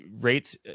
rates